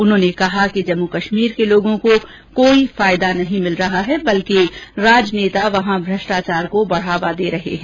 उन्होंने कहा कि जम्मू कश्मीर के लोगों को कोई फायदा नहीं मिल रहा है बल्कि राजनेता वहां भ्रष्टाचार को बढ़ावा दे रहे हैं